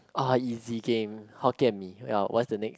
ah easy game Hokkien Mee ya what's the next